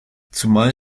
zumal